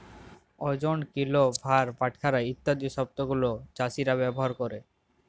ওজন, কিলো, ভার, বাটখারা ইত্যাদি শব্দ গুলো চাষীরা ব্যবহার ক্যরে